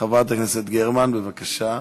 חברת הכנסת גרמן, בבקשה.